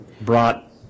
brought